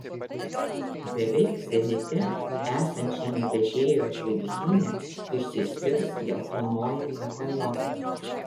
beveik zenite esančiame vežėjo žvaigždyne išsiskirs geltonoji kapela